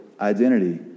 identity